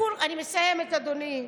אני מסיימת, אדוני.